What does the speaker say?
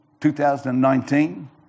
2019